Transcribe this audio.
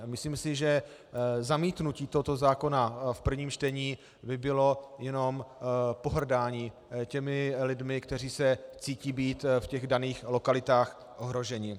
Myslím si, že zamítnutí tohoto zákona v prvním čtení by bylo jenom pohrdáním těmi lidmi, kteří se cítí být v daných lokalitách ohroženi.